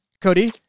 Cody